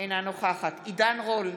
אינה נוכחת עידן רול,